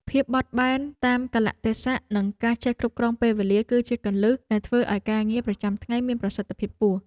ភាពបត់បែនតាមកាលៈទេសៈនិងការចេះគ្រប់គ្រងពេលវេលា គឺជាគន្លឹះដែលធ្វើឱ្យការងារប្រចាំថ្ងៃមានប្រសិទ្ធភាពខ្ពស់។